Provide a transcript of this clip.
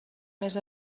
més